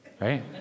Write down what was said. right